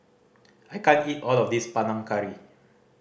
I can't eat all of this Panang Curry